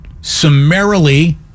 summarily